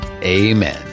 Amen